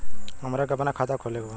हमरा के अपना खाता खोले के बा?